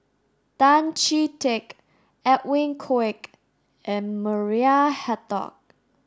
Tan Chee Teck Edwin Koek and Maria Hertogh